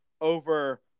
over